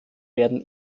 werden